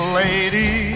lady